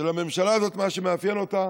שלממשלה הזאת, מה שמאפיין אותה